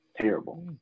terrible